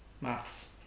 Maths